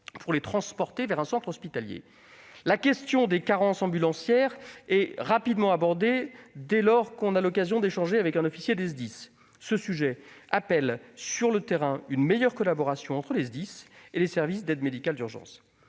pour les transporter vers un centre hospitalier. La question des carences ambulancières est rapidement abordée quand on a l'occasion d'échanger avec un officier des SDIS. Ce sujet appelle, sur le terrain, une meilleure collaboration entre les SDIS et les services d'aide médicale urgente